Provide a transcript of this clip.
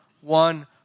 one